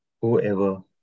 whoever